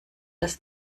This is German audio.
das